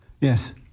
Yes